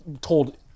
told